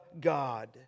God